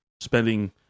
Spending